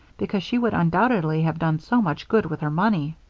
because she would undoubtedly have done so much good with her money.